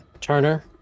Turner